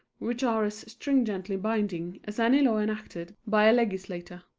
which are as stringently binding as any law enacted by a legislature.